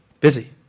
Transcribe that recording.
Busy